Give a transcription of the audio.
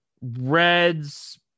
Reds